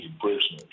prisoners